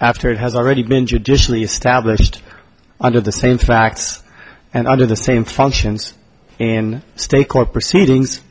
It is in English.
after it has already been judicially established under the same facts and under the same functions in state court proceedings